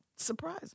Surprise